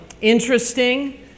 interesting